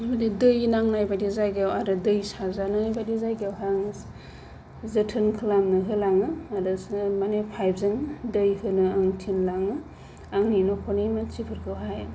माने दै नांनाय बादि जायगायाव आरो दै सारजानायबादि जायगायावहाय आं जोथोन खालामनो होलाङो माने पाइप जों दै होनो आं थिनलाङो आंनि न'खरनि मानसिफोरखौहाय